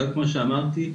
כמו שאמרתי,